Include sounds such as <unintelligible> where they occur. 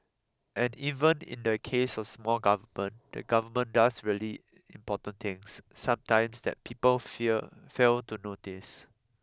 and even in the case of small government the government does really important things sometimes that people <unintelligible> fail to notice